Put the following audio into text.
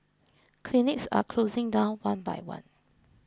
clinics are closing down one by one